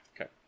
Okay